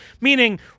Meaning